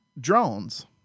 drones